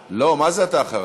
לא, מה זה אתה אחריו?